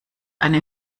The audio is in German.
eine